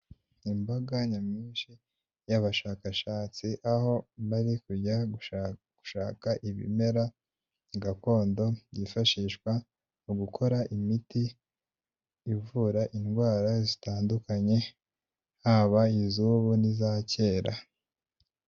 Imbaga nyamwinshi y'abashakashatsi, aho bari kujya gushakashaka ibimera gakondo byifashishwa mu gukora imiti ivura indwara zitandukanye, haba iz'ubu n'iza kera.